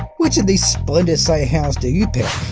which of these splendid sighthounds do you pick?